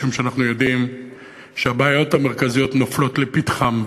משום שאנחנו יודעים שהבעיות המרכזיות נופלות לפתחן,